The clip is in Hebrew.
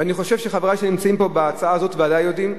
אני חושב שחברי שנמצאים פה בהצעה הזאת ודאי יודעים,